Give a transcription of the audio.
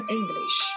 English